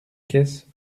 caisse